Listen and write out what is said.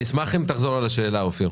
אני אשמח אם תחזור על השאלה, אופיר.